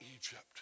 Egypt